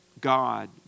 God